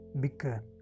bigger